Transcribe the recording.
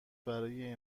برای